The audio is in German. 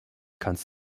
kannst